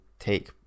take